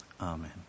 amen